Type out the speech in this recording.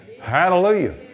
Hallelujah